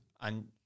And-